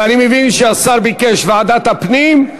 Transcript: אבל אני מבין שהשר ביקש ועדת הפנים.